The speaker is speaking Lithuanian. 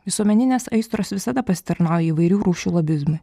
visuomeninės aistros visada pasitarnauja įvairių rūšių lobizmui